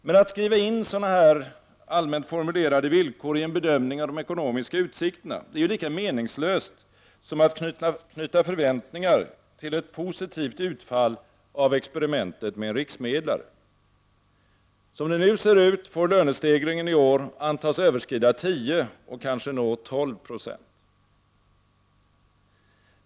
Men att skriva in sådana allmänt formulerade villkor i en bedömning av de ekonomiska utsikterna är lika meningslöst som att knyta förväntningar till ett positivt utfall av experimentet med en riksmedlare. Som det nu ser ut får lönestegringen i år antas överskrida 10 och kanske nå 12 96.